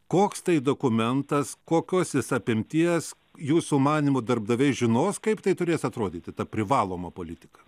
koks tai dokumentas kokios jis apimties jūsų manymu darbdaviai žinos kaip tai turės atrodyti ta privaloma politika